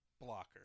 blocker